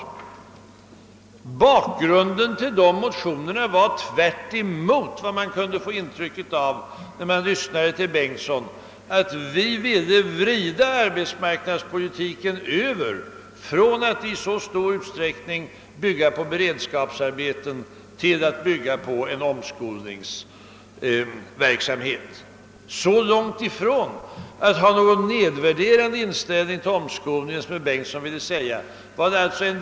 Men bakgrunden: till:de motioner na var — tvärtemot vad man kunde få intryck av när man lyssnade till herr Bengtsson — att vi ville föra över ar betsmarknadspolitiken från att i stor utsträckning bygga på beredskapsarbeten till att i stället bygga på omskolningen. Vi hade alltså en direkt positiv inställning där, inte den nedvärdering som herr Bengtsson ville göra gällande.